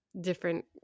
different